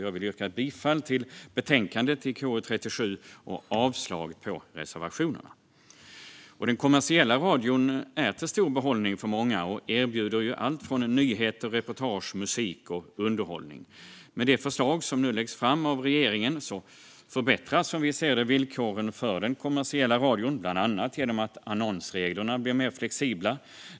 Jag yrkar bifall till utskottets förslag i betänkande KU37 och avslag på reservationerna. Många lyssnar med stor behållning på den kommersiella radion, som erbjuder allt från nyheter och reportage till musik och underhållning. Med det förslag som nu läggs fram från regeringen förbättras, som vi ser det, villkoren för den kommersiella radion bland annat genom att annonsreglerna blir mer flexibla.